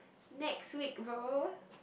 next week bro